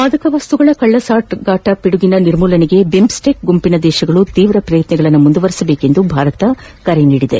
ಮಾದಕ ವಸ್ತುಗಳ ಕಳ್ಳಸಾಗಾಟ ಪಿಡುಗಿನ ನಿರ್ಮೂಲನೆಗೆ ಬಿಮ್ಸ್ಟೆಕ್ ಗುಂಪಿನ ದೇಶಗಳು ತೀವ್ರ ಪ್ರಯತ್ನಗಳನ್ನು ಮುಂದುವರೆಸಬೇಕೆಂದು ಭಾರತ ಕರೆ ನೀಡಿದೆ